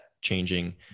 changing